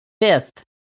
fifth